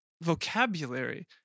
vocabulary